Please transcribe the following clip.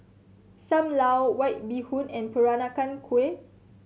Sam Lau White Bee Hoon and Peranakan Kueh